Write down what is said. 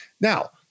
Now